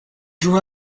drew